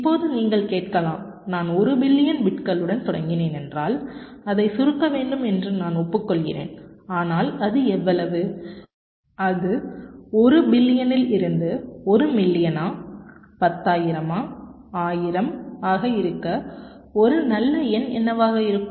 இப்போது நீங்கள் கேட்கலாம் நான் 1 பில்லியன் பிட்களுடன் தொடங்கினேன் என்றால் அதை சுருக்க வேண்டும் என்று நான் ஒப்புக்கொள்கிறேன் ஆனால் அது எவ்வளவு அது 1 பில்லியனில் இருந்து 1 மில்லியனா 10000 1000 ஆக இருக்க ஒரு நல்ல எண் என்னவாக இருக்கும்